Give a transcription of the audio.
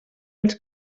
els